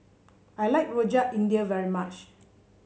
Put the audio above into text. I like Rojak India very much